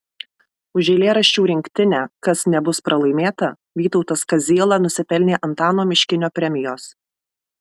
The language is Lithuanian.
už eilėraščių rinktinę kas nebus pralaimėta vytautas kaziela nusipelnė antano miškinio premijos